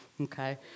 Okay